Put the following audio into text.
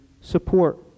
support